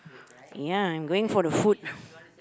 ya I'm going for the food